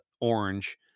orange